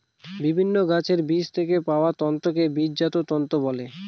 বিভিন্ন গাছের বীজ থেকে পাওয়া তন্তুকে বীজজাত তন্তু বলে